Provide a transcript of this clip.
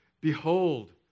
behold